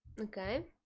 Okay